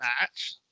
match